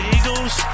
Eagles